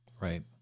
Right